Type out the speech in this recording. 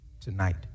tonight